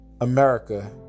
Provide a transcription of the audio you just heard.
America